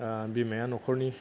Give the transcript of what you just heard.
बिमाया नखरनि